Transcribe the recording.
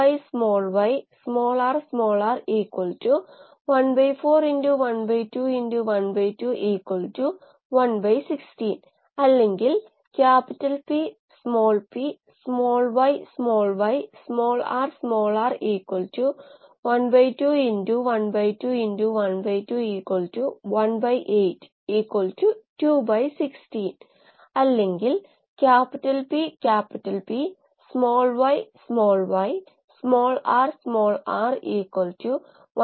encyclopedia of industrial ബയോടെക്നോളജിയിൽ bioreactor scale down Palomares Palomares Lara Octavio Ramirez 2010 bioreactor scale ഡ on ൺ Palomares et al Palomares Lara and Octavio Ramirez 2010 Bioreactor scale down in the Encyclopedia of Industrial Biotechnology